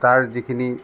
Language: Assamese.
তাৰ যিখিনি